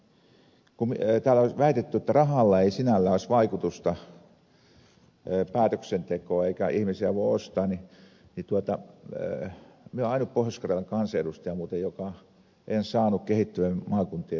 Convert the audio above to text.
kun täällä on väitetty että rahalla ei sinällään olisi vaikutusta päätöksentekoon eikä ihmisiä voi ostaa niin minä olen ainut pohjoiskarjalainen kansanedustaja muuten joka ei saanut kehittyvien maakuntien suomelta yhtään rahaa